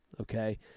Okay